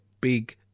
big